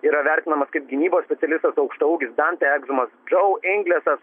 yra vertinamas kaip gynybos specialistas aukštaūgis dantė egzumas džo inglišas